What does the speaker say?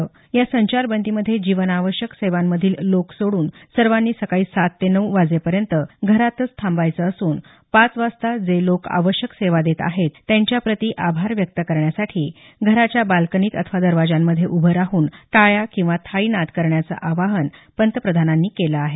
या क्षेत्रातल्या संचारबंदीमध्ये जीवनावश्यक सेवेंमधील लोक सोडून सर्वांनी सकाळी सात ते नऊ वाजेपर्यंत घरातच थांबायचे असून पाच वाजता जे लोक आवश्यक सेवा देत आहेत त्यांच्याप्रति आभार व्यक्त करण्यासाठी घराच्या बाल्कनीत अथवा दरवाजांमध्ये उभे राहून टाळ्या अथवा थाळी नादकरण्याचं आव्हान पंतप्रधानांनी केलं आहे